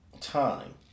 time